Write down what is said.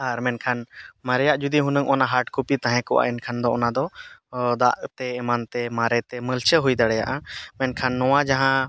ᱟᱨ ᱢᱮᱱᱠᱷᱟᱱ ᱢᱟᱨᱮᱭᱟᱜ ᱡᱩᱫᱤ ᱦᱩᱱᱟᱹᱜ ᱚᱱᱟ ᱦᱟᱨᱰ ᱠᱚᱯᱤ ᱛᱟᱦᱮᱸ ᱠᱚᱜᱼᱟ ᱮᱱᱠᱷᱟᱱ ᱫᱚ ᱚᱱᱟᱫᱚ ᱫᱟᱜ ᱛᱮ ᱮᱢᱟᱱᱛᱮ ᱢᱟᱨᱮᱛᱮ ᱢᱟᱹᱞᱪᱷᱟᱹ ᱦᱩᱭ ᱫᱟᱲᱮᱭᱟᱜᱼᱟ ᱢᱮᱱᱠᱷᱟᱱ ᱱᱚᱣᱟ ᱡᱟᱦᱟᱸ